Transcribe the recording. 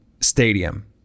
stadium